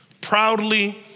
proudly